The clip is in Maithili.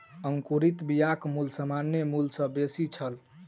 अंकुरित बियाक मूल्य सामान्य मूल्य सॅ बेसी छल